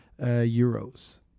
euros